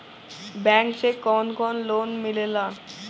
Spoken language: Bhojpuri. बैंक से कौन कौन लोन मिलेला?